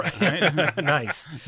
Nice